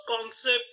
concept